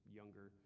younger